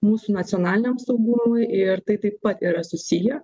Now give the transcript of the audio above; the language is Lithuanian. mūsų nacionaliniam saugumui ir tai taip pat yra susiję